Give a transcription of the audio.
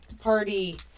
party